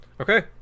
Okay